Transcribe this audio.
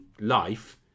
life